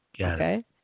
Okay